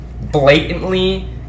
blatantly